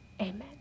amen